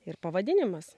ir pavadinimas